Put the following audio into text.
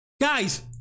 Guys